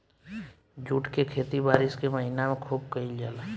jute के खेती बारिश के महीना में खुब कईल जाला